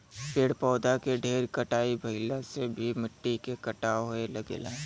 पेड़ पौधा के ढेर कटाई भइला से भी मिट्टी के कटाव होये लगेला